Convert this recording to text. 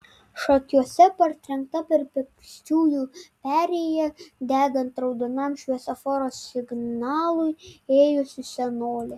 šakiuose partrenkta per pėsčiųjų perėją degant raudonam šviesoforo signalui ėjusi senolė